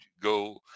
go